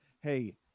hey